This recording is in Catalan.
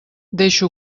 deixa